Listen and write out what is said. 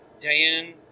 Diane